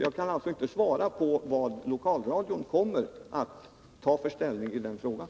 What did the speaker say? Jag kan alltså inte svara på vad lokalradion kommer att ta för ställning i den frågan.